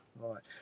right